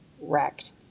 wrecked